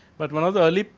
but, one of the early.